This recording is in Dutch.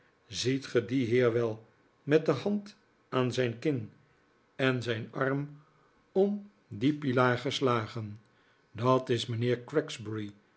ziet ge dien heer wel met de hand aan zijn kin en zijn arm om dien pilaar geslagen dat is mijnheer